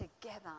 together